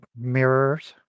mirrors